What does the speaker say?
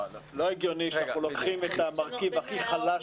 לא הגיוני שלוקחים את המרכיב הכי חלש